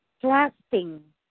Trusting